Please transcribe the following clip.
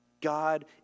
God